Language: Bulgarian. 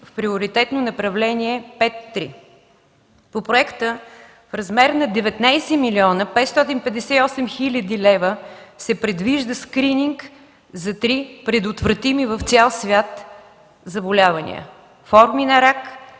в приоритетно направление 5.3. По проекта в размер на 19 млн. 558 хил. лв. се предвижда скрининг за три предотвратими в цял свят заболявания, форми на рак,